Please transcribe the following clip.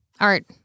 art